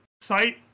site